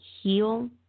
heal